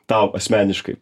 tau asmeniškai